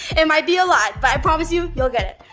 it might be a lot but i promise you you'll get it.